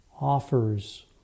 offers